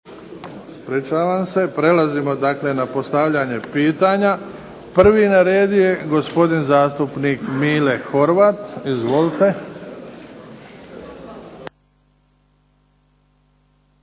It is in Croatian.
reda. Prelazimo dakle na postavljanje pitanja. Prvi na redu je gospodin zastupnik Mile Horvat. Izvolite.